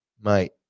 mate